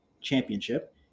Championship